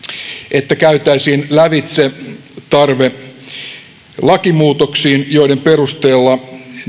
että käytäisiin lävitse tarve lakimuutoksiin joiden perusteella